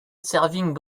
serving